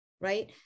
right